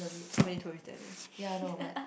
so many tourists there though